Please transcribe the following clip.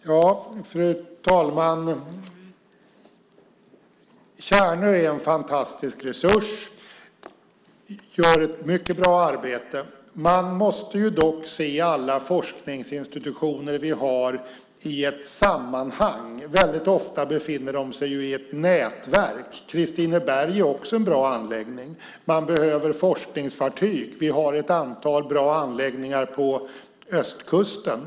Fru talman! Tjärnö är en fantastisk resurs. De gör ett mycket bra arbete. Man måste dock se alla forskningsinstitutioner som vi har i ett sammanhang. Väldigt ofta befinner de sig ju i ett nätverk. Kristineberg är också en bra anläggning. Man behöver forskningsfartyg. Vi har ett antal bra anläggningar på östkusten.